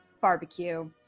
barbecue